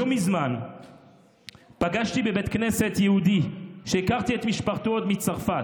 לא מזמן פגשתי בבית כנסת יהודי שהכרתי את משפחתו עוד מצרפת,